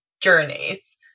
journeys